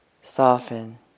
Soften